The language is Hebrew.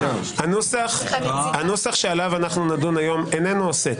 הנוסח שעליו אנחנו נדון היום איננו עוסק